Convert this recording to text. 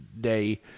day